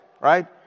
right